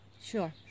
sure